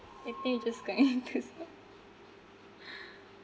I think it just going to stop